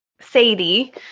sadie